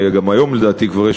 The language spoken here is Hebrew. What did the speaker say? גם היום לדעתי יש,